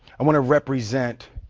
i wanna represent.